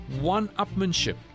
one-upmanship